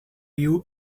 you